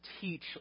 teach